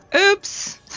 oops